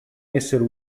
essere